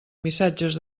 missatges